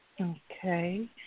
Okay